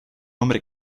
hombre